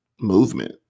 movement